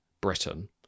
Britain